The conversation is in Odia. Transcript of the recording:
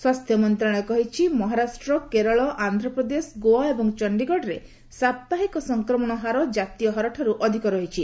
ସ୍ୱାସ୍ଥ୍ୟ ମନ୍ତ୍ରଣାଳୟ କହିଛି ମହାରାଷ୍ଟ୍ର କେରଳ ଆନ୍ଧ୍ରପ୍ରଦେଶ ଗୋଆ ଏବଂ ଚଣ୍ଡୀଗଡ଼ରେ ସାପ୍ତାହିକ ସଂକ୍ରମଣ ହାର ଜାତୀୟ ହାରଠାରୁ ଅଧିକ ରହିଛି